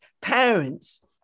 parents